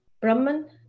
Brahman